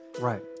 Right